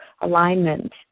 alignment